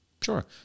Sure